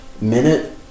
minute